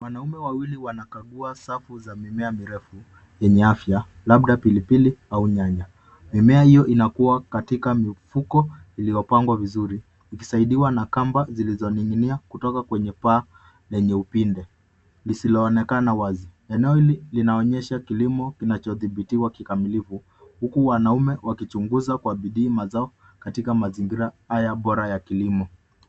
Wanaume wawili wanakagua safu za mimea mirefu yenye afya, labda pilipili au nyanya. Mimea hiyo inakua katika mifuko iliyopangwa vizuri ikisaidiwa na kamba zilizoninginia kutoka kwenye paa lenye upinde lisiloonekana wazi. Eneo hili linaonyesha kilimo kinachodhibitiwa kikamilifu huku wanaume wakichunguza kwa bidii mazao katika mazingira haya bora ya kilimo.